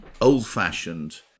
old-fashioned